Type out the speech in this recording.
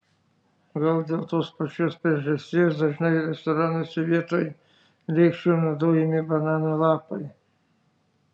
gal dėl tos pačios priežasties dažnai restoranuose vietoj lėkščių naudojami banano lapai